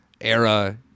era